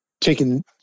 taking